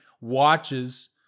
watches